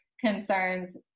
concerns